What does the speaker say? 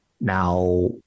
Now